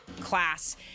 class